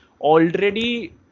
already